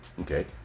Okay